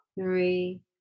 three